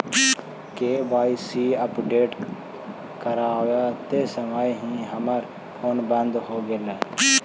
KYC update करवाते समय ही हमर फोन बंद हो गेलई